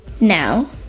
Now